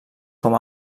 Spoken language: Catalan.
com